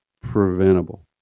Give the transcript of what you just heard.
preventable